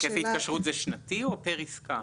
היקף ההתקשרות זה שנתי או פר עסקה?